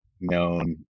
known